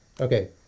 okay